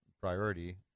priority